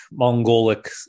Mongolic